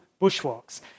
bushwalks